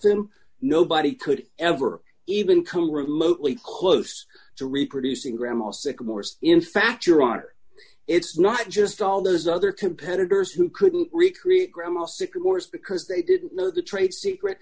him nobody could ever even come remotely close to reproducing grandma sycamores in fact your honor it's not just all those other competitors who couldn't recreate grandma sycamores because they didn't know the trade secret